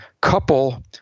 couple